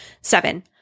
seven